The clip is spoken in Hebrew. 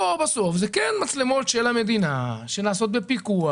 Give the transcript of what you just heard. פה זה כן מצלמות של המדינה שמופעלות בפיקוח,